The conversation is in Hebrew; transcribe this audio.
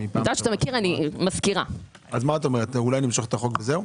אולי נמשוך את החוק וזהו?